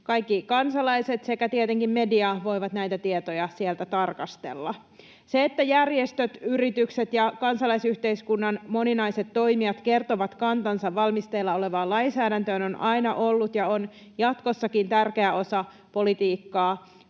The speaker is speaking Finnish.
Kaikki kansalaiset sekä tietenkin media voivat näitä tietoja sieltä tarkastella. Se, että järjestöt, yritykset ja kansalaisyhteiskunnan moninaiset toimijat kertovat kantansa valmisteilla olevaan lainsäädäntöön, on aina ollut ja on jatkossakin tärkeä osa politiikkaa.